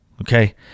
Okay